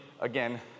again